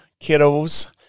kiddos